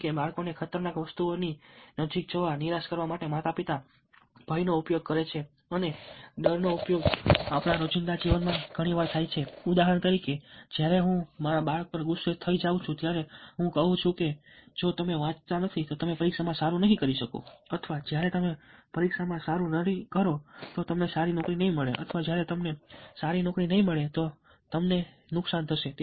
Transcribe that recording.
જેમકે બાળકોને ખતરનાક વસ્તુઓની નજીક જવા નિરાશ કરવા માટે માતા પિતા ભયનો ઉપયોગ કરે છે અને ડરનો ઉપયોગ આપણા રોજિંદા જીવનમાં ઘણી વાર થાય છે ઉદાહરણ તરીકે જ્યારે હું મારા બાળક પર ગુસ્સે થઈ જાઉં છું ત્યારે હું કહું છું કે જો તમે વાંચતા નથી તો તમે પરીક્ષામાં સારું નહીં કરી શકો અથવા જ્યારે તમે પરીક્ષામાં સારું નહીં કરો તો તમને સારી નોકરી નહીં મળે અથવા જ્યારે તમને સારી નોકરી નહીં મળે તો તમને નુકસાન થશે